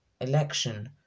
election